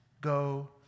go